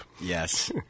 Yes